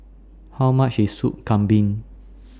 How much IS Soup Kambing